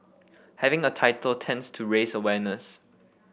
having a title tends to raise awareness